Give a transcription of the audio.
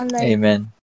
amen